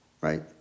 right